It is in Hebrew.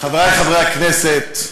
חברי חברי הכנסת,